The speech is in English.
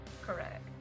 Correct